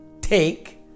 take